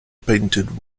painted